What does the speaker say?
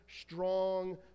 strong